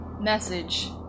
message